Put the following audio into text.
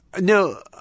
No